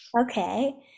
Okay